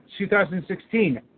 2016